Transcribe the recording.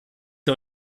der